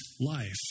life